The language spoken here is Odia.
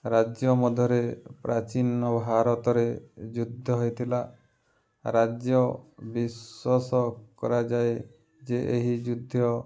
ରାଜ୍ୟ ମଧ୍ୟରେ ପ୍ରାଚୀନ ଭାରତରେ ଯୁଦ୍ଧ ହେଇଥିଲା ରାଜ୍ୟ ବିଶ୍ଵାସ କରାଯାଏ ଯେ ଏହି ଯୁଦ୍ଧ